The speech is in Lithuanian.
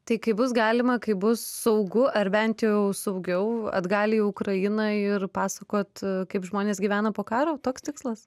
tai kai bus galima kai bus saugu ar bent jau saugiau atgal į ukrainą ir pasakot kaip žmonės gyvena po karo toks tikslas